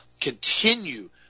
continue